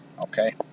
okay